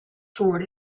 toward